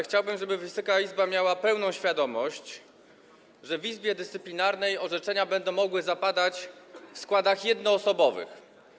Chciałbym, żeby Wysoka Izba miała pełną świadomość, że w Izbie Dyscyplinarnej orzeczenia będą mogły zapadać w składach jednoosobowych.